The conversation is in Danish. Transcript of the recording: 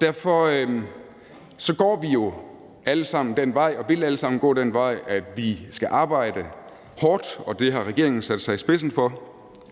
Derfor går vi jo alle sammen den vej og vil alle sammen gå den vej, at vi skal arbejde hårdt, og det har regeringen sat sig i spidsen for,